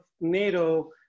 NATO